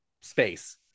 space